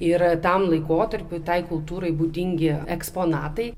ir tam laikotarpiui tai kultūrai būdingi eksponatai